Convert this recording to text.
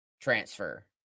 transfer